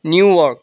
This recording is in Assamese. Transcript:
নিউয়ৰ্ক